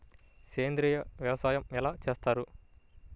సేంద్రీయ వ్యవసాయం ఎలా చేస్తారు?